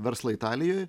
verslą italijoj